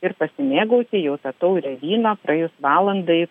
ir pasimėgauti jau ta taure vyno praėjus valandai